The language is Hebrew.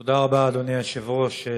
תודה רבה, אדוני היושב-ראש.